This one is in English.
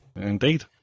Indeed